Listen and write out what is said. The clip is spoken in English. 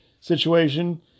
situation